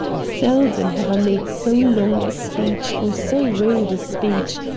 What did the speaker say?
seldom have i made so long a speech or so rude a speech,